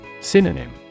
Synonym